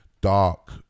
dark